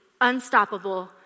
unstoppable